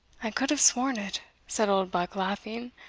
i could have sworn it, said oldbuck laughing,